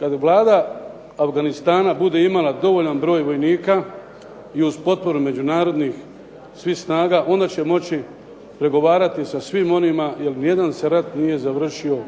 kad Vlada Afganistana bude imala dovoljan broj vojnika i uz potporu međunarodnih svih snaga onda će moći pregovarati sa svima onima jer nijedan se rat nije završio